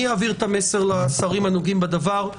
אני אעביר את המסר לשרים הנוגעים בדבר.